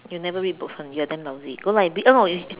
you never read books [one] you are damn lousy go library eh no